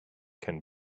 can